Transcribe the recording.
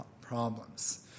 problems